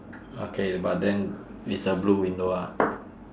okay but then with a blue window ah